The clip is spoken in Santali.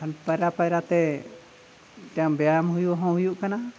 ᱮᱱᱠᱷᱟᱱ ᱯᱟᱭᱨᱟ ᱯᱟᱭᱨᱟ ᱛᱮ ᱢᱤᱫᱴᱟᱝ ᱵᱮᱭᱟᱢ ᱦᱩᱭ ᱦᱚᱸ ᱦᱩᱭᱩᱜ ᱠᱟᱱᱟ